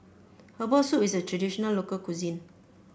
Herbal Soup is a traditional local cuisine